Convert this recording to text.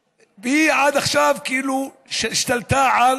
עד עכשיו היא השתלטה על